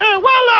ah well, ah